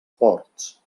ports